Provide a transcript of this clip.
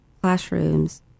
classrooms